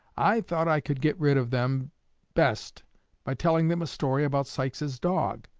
i thought i could get rid of them best by telling them a story about sykes's dog.